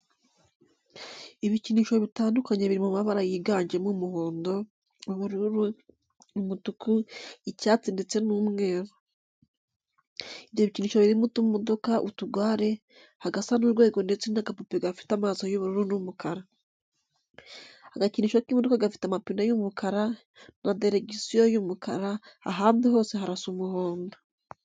Ibikinisho bitandukanye biri mu mabara yiganjemo: umuhondo, ubururu, umutuku, icyatsi ndetse n'umweru. Ibyo bikinisho birimo utumodoka, utugare, agasa n'urwego ndetse n'agapupe gafite amaso y'ubururu n'umukara. Agakinisho k'imodoka gafite amapine y'umukara na diregisiyo y'umukara, ahandi hose harasa umuhondo.